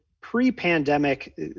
pre-pandemic